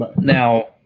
Now